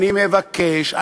אני מבקש,